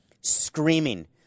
screaming